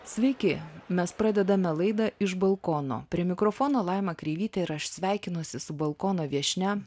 sveiki mes pradedame laidą iš balkono prie mikrofono laima kreivytė ir aš sveikinuosi su balkono viešnia